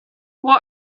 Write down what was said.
what